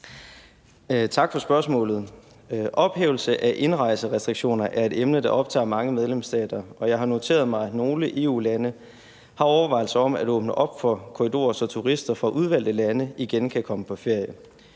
Tak for spørgsmålet. Ophævelse af indrejserestriktioner er et emne, der optager mange medlemsstater, og jeg har noteret mig, at nogle EU-lande har overvejelser om at åbne op for korridorer, så turister fra udvalgte lande igen kan komme på ferie.